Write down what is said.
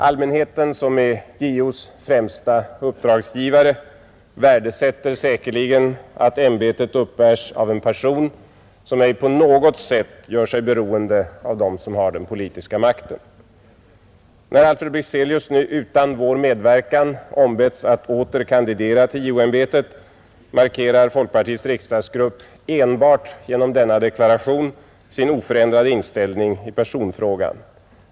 Allmänheten, som är JO:s främsta uppdragsgivare, värdesätter säkerligen att ämbetet uppbärs av en person som ej på något sätt gör sig beroende av dem som har den politiska makten. När Alfred Bexelius nu utan vår medverkan ombetts att åter kandidera till JO-ämbetet markerar folkpartiets riksdagsgrupp enbart genom denna deklaration sin oförändrade inställning i personfrågan.